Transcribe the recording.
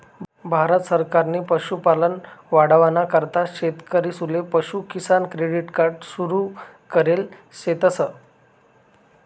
भारत सरकारनी पशुपालन वाढावाना करता शेतकरीसले पशु किसान क्रेडिट कार्ड सुरु करेल शेतस